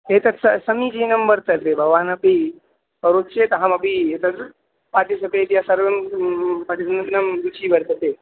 एतत् स समीचीनं वर्तते भवान् अपि करोति चेत् अहमपि एतद् पाटिसपेट्य सर्वं पठितुं न रुचिः वर्तते